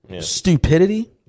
stupidity